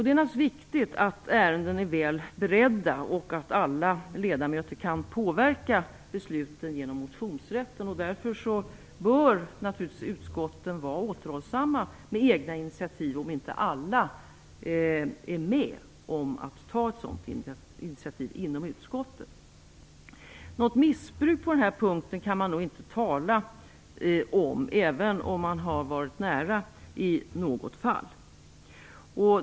Det är naturligtvis viktigt att ärenden är väl beredda och att alla ledamöter kan påverka besluten genom motionsrätten. Därför bör utskotten vara återhållsamma med egna initiativ om inte alla inom utskottet är med om att ta ett sådant initiativ. Något missbruk på den här punkten kan man nog inte tala om även om man har varit nära i något fall.